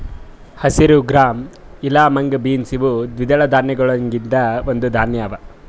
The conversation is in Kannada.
ಹಸಿರು ಗ್ರಾಂ ಇಲಾ ಮುಂಗ್ ಬೀನ್ಸ್ ಇವು ದ್ವಿದಳ ಧಾನ್ಯಗೊಳ್ದಾಂದ್ ಒಂದು ಧಾನ್ಯ ಅವಾ